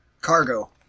Cargo